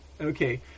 okay